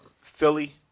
Philly